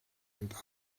and